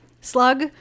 slug